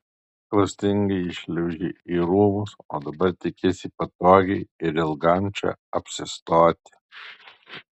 klastingai įšliaužei į rūmus o dabar tikiesi patogiai ir ilgam čia apsistoti